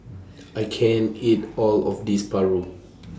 I can't eat All of This Paru